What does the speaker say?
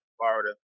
Florida